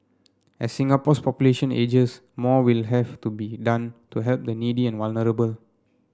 as Singapore's population ages more will have to be done to help the needy and vulnerable